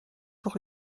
pour